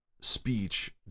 speech